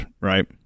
right